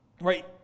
Right